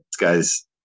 guy's